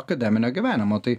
akademinio gyvenimo tai